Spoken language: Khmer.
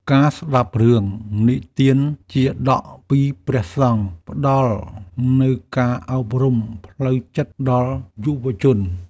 ការស្តាប់រឿងនិទានជាតកពីព្រះសង្ឃ ផ្តល់នូវការអប់រំផ្លូវចិត្តដល់យុវជន។